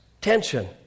tension